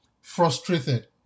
frustrated